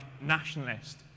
nationalist